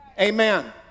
Amen